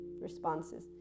responses